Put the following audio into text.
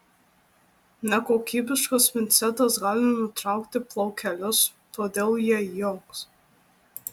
nekokybiškas pincetas gali nutraukti plaukelius todėl jie įaugs